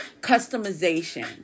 customization